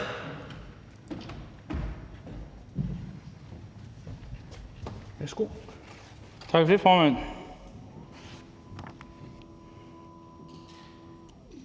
(DF): Tak for det, formand.